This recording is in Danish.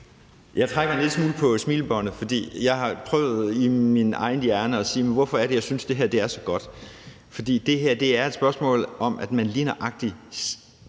Jeg trækker en lille smule på smilebåndet, for jeg har tænkt over det og spurgt mig selv, hvorfor det er, at jeg synes, at det her er så godt. Det her er et spørgsmål om, at man lige nøjagtig